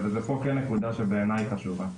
וזו נקודה שבעיניי היא חשובה.